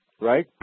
right